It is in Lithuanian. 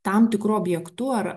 tam tikru objektu ar